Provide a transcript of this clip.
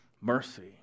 mercy